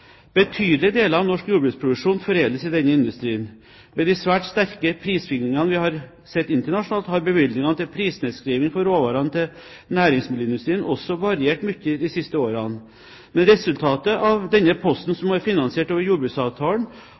Betydelige deler av norsk jordbruksproduksjon foredles i denne industrien. Med de svært sterke prissvingningene vi har sett internasjonalt, har bevilgningene til prisnedskriving for råvarene til næringsmiddelindustrien også variert mye de siste årene. Men resultatet av denne posten, som er finansiert over jordbruksavtalen,